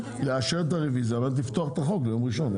נאשר את הרביזיה ואז לפתוח את החוק ביום ראשון.